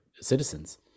citizens